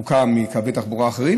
ארוך מקווי תחבורה אחרים.